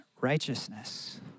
righteousness